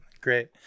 Great